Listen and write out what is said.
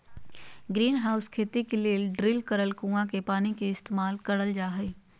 greenhouse खेती ले drill करल कुआँ के पानी के इस्तेमाल करल जा हय